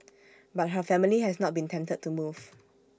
but her family has not been tempted to move